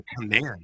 command